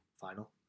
final